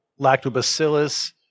lactobacillus